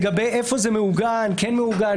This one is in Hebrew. לגבי איפה זה מעוגן כן מעוגן,